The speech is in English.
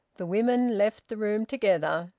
the women left the room together.